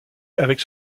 avec